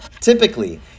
typically